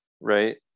Right